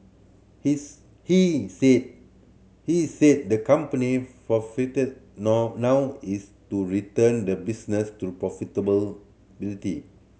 his he said he is said the company now now is to return the business to